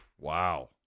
wow